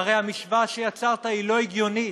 הרי המשוואה שיצרת לא הגיונית,